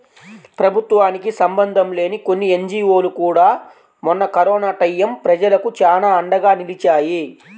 ప్రభుత్వానికి సంబంధం లేని కొన్ని ఎన్జీవోలు కూడా మొన్న కరోనా టైయ్యం ప్రజలకు చానా అండగా నిలిచాయి